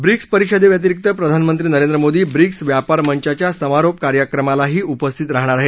BRICS परिषदेव्यतिरिक्त प्रधानमंत्री Narendra Modi BRICS व्यापार मंचाच्या समारोप कार्यक्रमालाही उपस्थित राहणार आहेत